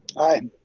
aye,